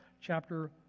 chapter